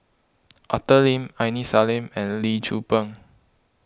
Arthur Lim Aini Salim and Lee Tzu Pheng